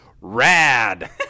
rad